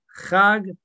Chag